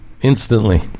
instantly